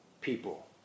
people